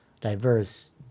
diverse